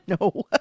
No